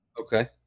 Okay